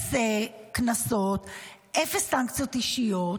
אפס קנסות, אפס סנקציות אישיות.